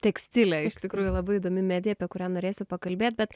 tekstilė iš tikrųjų labai įdomi medija apie kurią norėsiu pakalbėt bet